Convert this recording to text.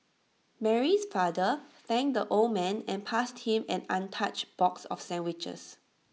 Mary's father thanked the old man and passed him an untouched box of sandwiches